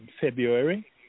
February